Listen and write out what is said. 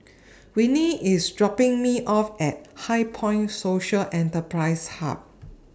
Winnie IS dropping Me off At HighPoint Social Enterprise Hub